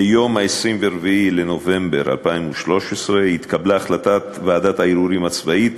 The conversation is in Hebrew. ביום 24 בנובמבר 2013 התקבלה החלטת ועדת הערעורים הצבאית